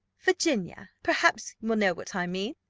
virginia perhaps will know what i mean,